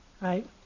right